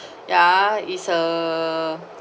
ya it's a